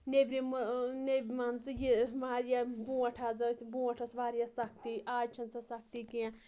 نیبرِم مان ژٕ یہِ واریاہ بونٛٹھ حظ ٲسۍ برونٛٹھ ٲس واریاہ سَختی اَز چھِنہٕ سُۄ سَختی کینٛہہ